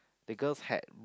the girl's hat